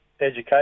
education